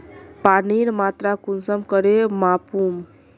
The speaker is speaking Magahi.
पानीर मात्रा कुंसम करे मापुम?